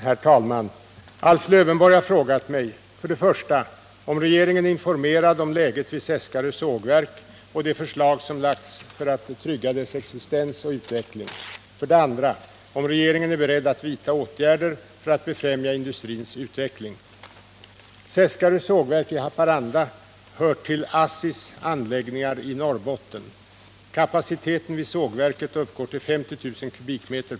Herr talman! Alf Lövenborg har frågat mig 1. om regeringen är informerad om läget vid Seskarö sågverk och de förslag som lagts för att trygga dess existens och utveckling, 2. om regeringen är beredd att vidta åtgärder för att befrämja industrins utveckling. Seskarö sågverk i Haparanda hör till AB Statens Skogsindustriers anläggningar i Norrbotten. Kapaciteten vid sågverket uppgår till 50 000 m?